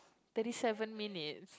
thirty seven minute